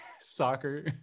soccer